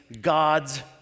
God's